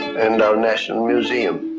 and our national museum.